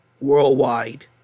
worldwide